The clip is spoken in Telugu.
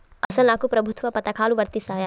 అసలు నాకు ప్రభుత్వ పథకాలు వర్తిస్తాయా?